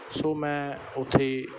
ਸੋ ਮੈਂ ਉੱਥੇ